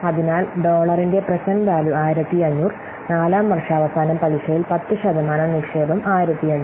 അതിനാൽ ഡോളറിന്റെ present value 1500 നാലാം വർഷാവസാനം പലിശയിൽ 10 ശതമാനം നിക്ഷേപം 1500